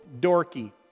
dorky